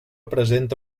presenta